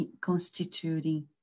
constituting